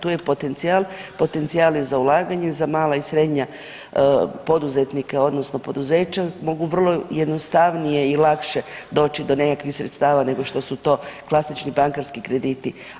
Tu je potencijal, potencijal je za ulaganje za mala i srednje poduzetnike odnosno poduzeća mogu vrlo jednostavnije i lakše doći do nekakvih sredstava nego što su to klasični bankarski krediti.